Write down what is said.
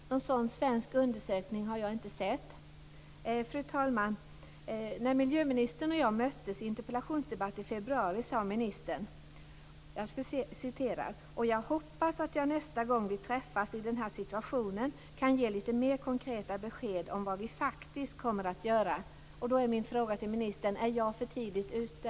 Någon sådan svensk undersökning har jag inte sett. Fru talman! När miljöministern och jag möttes i interpellationsdebatten i februari sade ministern följande: "Och jag hoppas att jag nästa gång vi träffas i den här situationen kan ge lite mer konkreta besked om vad vi faktiskt kommer att göra." Då är min fråga till ministern följande: Är jag för tidigt ute?